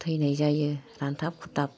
थैनाय जायो रानथाब खुथाब